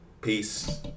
peace